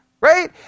right